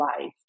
life